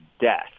death